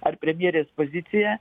ar premjerės poziciją